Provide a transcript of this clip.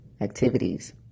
activities